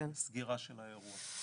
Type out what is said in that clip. סגירה של האירוע.